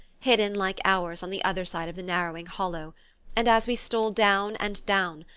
hidden, like ours, on the other side of the narrowing hollow and as we stole down and down,